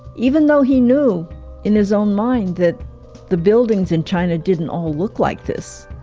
even though he knew in his own mind that the buildings in china didn't all look like this